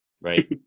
Right